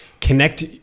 connect